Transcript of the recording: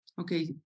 Okay